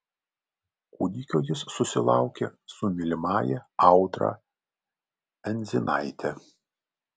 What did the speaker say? kūdikio jis susilaukė su mylimąja audra endzinaite